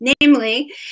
Namely